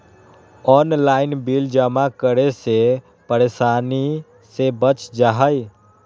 Online bill जमा करे से परेशानी से बच जाहई?